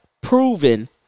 proven